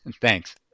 Thanks